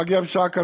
להגיע בשעה כזאת,